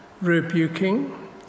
rebuking